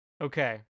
okay